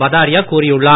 பதாரியா கூறியுள்ளார்